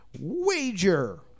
Wager